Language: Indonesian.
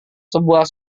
sebuah